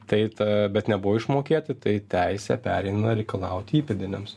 tai ta bet nebuvo išmokėti tai teisė pereina reikalaut įpėdiniams